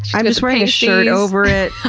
i'm just wearing a shirt over it.